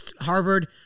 Harvard